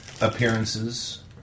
appearances